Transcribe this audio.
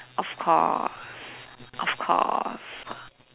of course of course